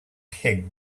pig